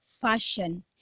fashion